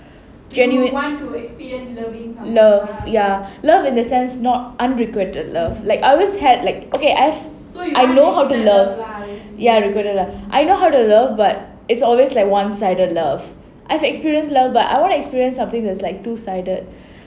genuine love ya love in the sense not unrequited love like I always had like okay I've I know how to love ya requited love I know how to love but it's always like one sided love I've experienced love but I want to experience something that's like two sided